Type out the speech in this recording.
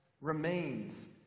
remains